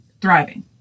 thriving